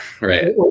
right